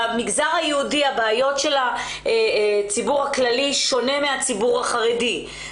במגזר היהודי הבעיות של הציבור הכללי שונה מהציבור החרדי.